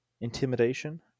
Intimidation